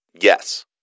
Yes